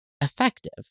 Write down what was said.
effective